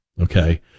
Okay